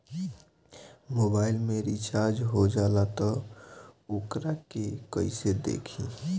Mobile में recharge हो जाला त वोकरा के कइसे देखी?